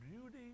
beauty